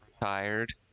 tired